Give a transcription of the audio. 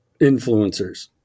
influencers